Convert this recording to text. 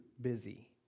busy